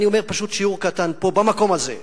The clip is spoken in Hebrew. אני אומר: פשוט שיעור קטן פה, במקום הזה,